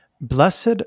Blessed